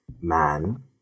man